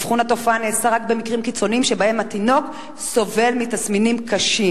אבחון התופעה נעשה רק במקרים קיצוניים שבהם התינוק סובל מתסמינים קשים.